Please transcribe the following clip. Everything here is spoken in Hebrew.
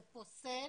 זה פוסל